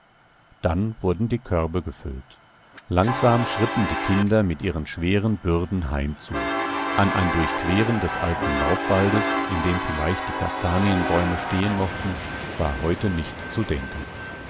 dann wurden die körbe gefüllt langsam schritten die kinder mit ihren schweren bürden heimzu an ein durchqueren des alten laubwaldes in dem vielleicht die kastanienbäume stehen mochten war heute nicht zu denken